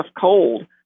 cold